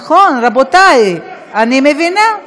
נכון, רבותי, אני מבינה.